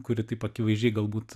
kuri taip akivaizdžiai galbūt